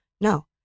no